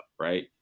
right